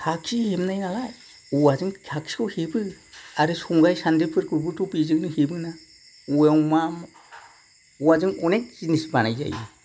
खाखि हेबनाय नालाय औवाजों खाखि हेबो आरो संग्राय सान्द्रिफोरखौबोथ' बेजोंनो हेबो ना औवायाव मा औवाजों अनेक जिनिस बानायजायो